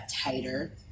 tighter